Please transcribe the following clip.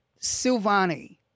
Silvani